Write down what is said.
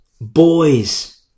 Boys